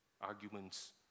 arguments